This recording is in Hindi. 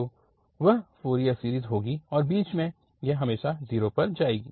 तो वह फ़ोरियर सीरीज़ होगी और बीच में यह हमेशा 0 पर जाएगी